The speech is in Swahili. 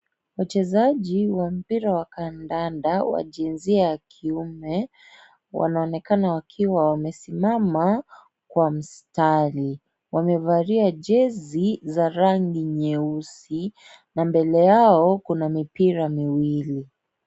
Wachezaji wa mpira wa kandanda wa jinsia ya kiume, wanaonekana wakiwa wamesimama kwa mstari. Wamevalia jesi za rangi nyeusi na mbele Yao kuna mipira miwili.